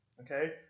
Okay